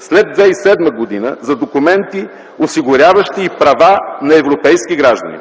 след 2007 г. за документи, осигуряващи права на европейски граждани,